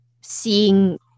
seeing